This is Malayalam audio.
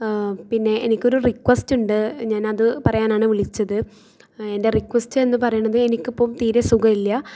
പിന്നെ എനിക്കൊരു റിക്വസ്റ്റ് ഉണ്ട് ഞാനത് പറയാനാണ് വിളിച്ചത് എൻ്റെ റിക്വസ്റ്റ് എന്ന് പറയുന്നത് എനിക്കിപ്പം തീരെ സുഖമില്ല